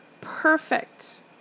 perfect